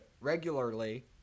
regularly